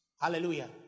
Hallelujah